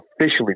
officially